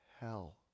hell